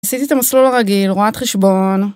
עשיתי את המסלול הרגיל, רואת חשבון...